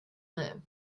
live